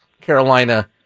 Carolina